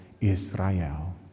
Israel